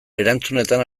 erantzunetan